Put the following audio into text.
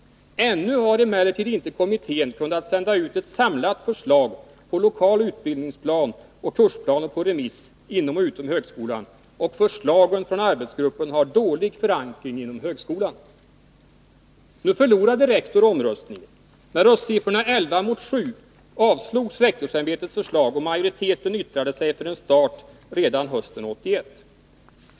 Ännu har emellertid inte kommittén kunnat sända ett samlat förslag på lokal utbildningsplan och kursplaner på remiss inom och utom högskolan och förslagen från arbetsgruppen har dålig Nu förlorade rektor omröstningen. Med röstsiffrorna 11 mot 7 avslogs rektorsämbetets förslag, och majoriteten uttalade sig för en start redan hösten 1981.